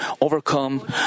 overcome